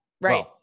right